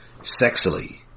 Sexily